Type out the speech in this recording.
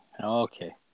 Okay